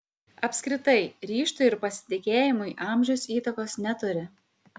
apskritai ryžtui ir pasitikėjimui amžius įtakos neturi